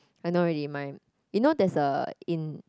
I know already my you know there is a in